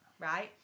right